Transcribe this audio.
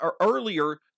earlier